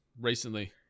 recently